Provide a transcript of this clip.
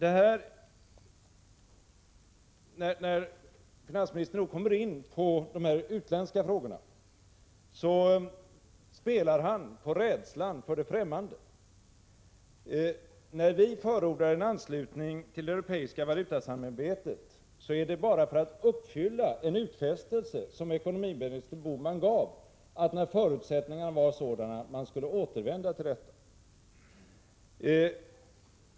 När finansministern kommer in på de utländska frågorna spelar han på rädslan för det ffträmmande. När vi moderater förordar en anslutning till det europeiska valutasamarbetet är det bara för att uppfylla en utfästelse som ekonomiminister Bohman gav om att återvända till denna tanke när det fanns förutsättningar.